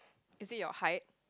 is it your height